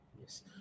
Yes